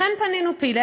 לכן פנינו,